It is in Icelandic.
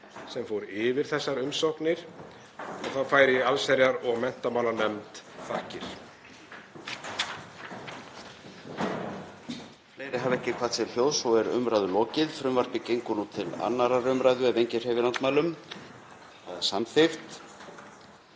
sem fór yfir þessar umsóknir, og þá færi ég allsherjar- og menntamálanefnd þakkir.